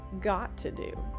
got-to-do